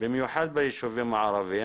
במיוחד בישובים הערביים.